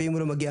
9. וביו"ש?